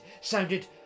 sounded